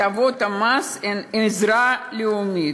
הטבות המס הן עזרה לאומית.